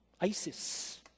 ISIS